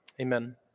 Amen